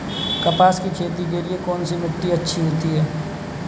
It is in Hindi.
कपास की खेती के लिए कौन सी मिट्टी अच्छी होती है?